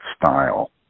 style